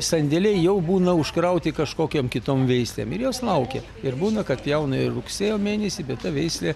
sandėliai jau būna užkrauti kažkokiom kitom veisė ir jos laukia ir būna kad pjauna ir rugsėjo mėnesį bet ta veislė